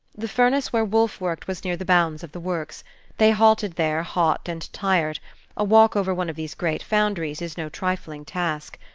the furnace where wolfe worked was near the bounds of the works they halted there hot and tired a walk over one of these great foundries is no trifling task.